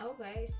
Okay